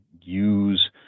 use